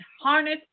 harness